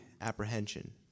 apprehension